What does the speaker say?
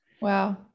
Wow